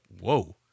whoa